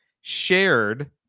shared